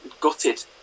gutted